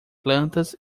plantas